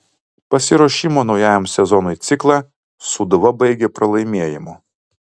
pasiruošimo naujajam sezonui ciklą sūduva baigė pralaimėjimu